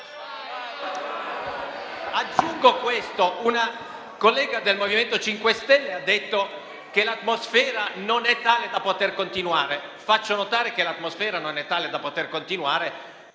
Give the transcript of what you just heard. Aggiungo che una collega del MoVimento 5 Stelle ha detto che l'atmosfera non è tale da poter continuare. Faccio notare che l'atmosfera non è tale da poter continuare